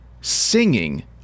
singing